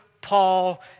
Paul